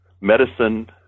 medicine